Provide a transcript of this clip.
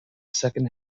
second